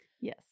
Yes